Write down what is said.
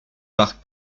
par